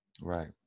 Right